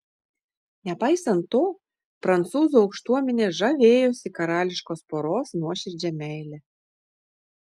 nepaisant to prancūzų aukštuomenė žavėjosi karališkos poros nuoširdžia meile